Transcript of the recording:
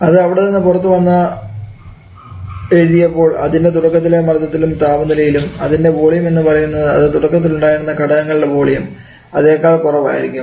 അത് അവിടെ നിന്ന് പുറത്തു വന്ന എഴുതിയപ്പോൾ അതിൻറെ തുടക്കത്തിലെ മർദ്ദത്തിലും താപനിലയിലും അതിൻറെ വോളിയം എന്ന് പറയുന്നത് അത് തുടക്കത്തിലുണ്ടായിരുന്ന ഘടകങ്ങളുടെ വോളിയം അതേക്കാൾ കുറവായിരിക്കും